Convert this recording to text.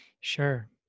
sure